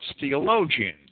theologians